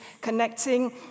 connecting